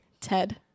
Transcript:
Ted